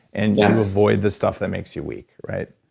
and yeah you avoid the stuff that makes you weak, right?